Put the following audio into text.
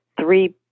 three